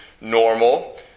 normal